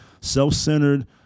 self-centered